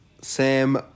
Sam